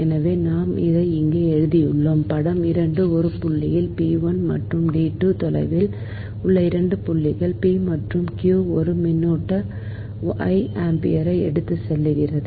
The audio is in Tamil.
எனவே நாம் இங்கே எழுதியுள்ளோம் படம் 2 ஒரு புள்ளியில் p 1 மற்றும் D 2 தொலைவில் உள்ள 2 புள்ளிகள் p மற்றும் q ஒரு மின்னோட்ட I ஆம்பியரை எடுத்துச் செல்கிறது